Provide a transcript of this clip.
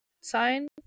sign